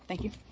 thank you,